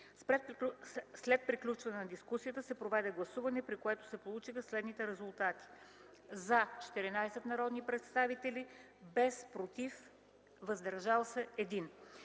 След приключване на дискусията се проведе гласуване, при което се получиха следните резултати: „за”- 14 народни представители, „против” – няма, „въздържал се” - 1.